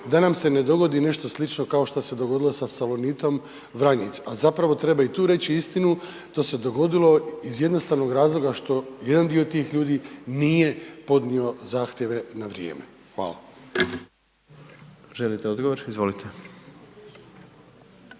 da nam se ne dogodi nešto slično kao što se dogodilo sa Salonitom Vranjic, a zapravo treba i tu reći istinu. To se dogodilo iz jednostavnog razloga što jedan dio tih ljudi nije podnio zahtjeve na vrijeme. Hvala. **Jandroković,